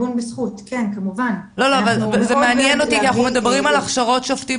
זה מעניין אותי כי אנחנו מדברות על הכשרות שופטים